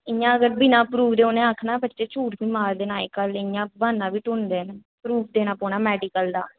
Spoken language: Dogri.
इ'यां अगर बिना प्रूफ दे उ'नें आक्खना बच्चे झूठ बी मारदे न अज्जकल इ'यां ब्हान्ना बी ढूंढदे न प्रूफ देना मैडिकल दा